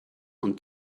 und